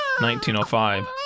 1905